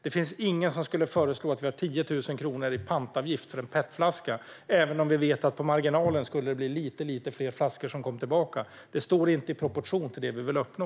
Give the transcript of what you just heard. Det finns ingen som skulle föreslå 10 000 kronor i pantavgift för en petflaska, även om vi vet att det på marginalen skulle bli lite fler flaskor som kom tillbaka. Det står inte i proportion till det vi vill uppnå.